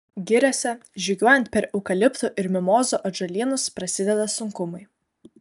giriose žygiuojant per eukaliptų ir mimozų atžalynus prasideda sunkumai